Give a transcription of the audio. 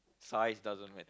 size doesn't mat~